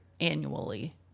annually